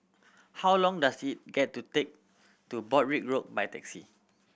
how long does it get to take to Broadrick Road by taxi